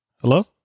Hello